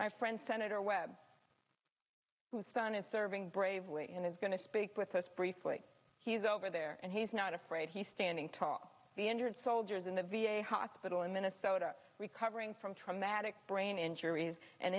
my friend senator webb whose son is serving bravely and is going to speak with us briefly he's over there and he's not afraid he's standing tall the injured soldiers in the v a hospital in minnesota recovering from traumatic brain injuries and